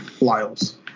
Lyles